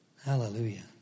Hallelujah